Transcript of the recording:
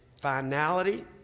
finality